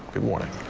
good morning.